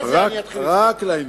רק לעניין.